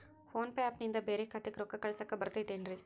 Phone pay app ನಿಂದ ಬ್ಯಾರೆ ಖಾತೆಕ್ ರೊಕ್ಕಾ ಕಳಸಾಕ್ ಬರತೈತೇನ್ರೇ?